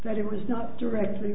that it was not directly